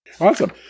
awesome